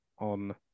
on